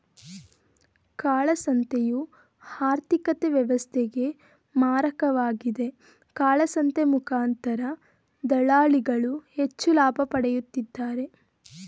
ಕಾಳಸಂತೆಯು ಆರ್ಥಿಕತೆ ವ್ಯವಸ್ಥೆಗೆ ಮಾರಕವಾಗಿದೆ, ಕಾಳಸಂತೆ ಮುಖಾಂತರ ದಳ್ಳಾಳಿಗಳು ಹೆಚ್ಚು ಲಾಭ ಪಡೆಯುತ್ತಿದ್ದಾರೆ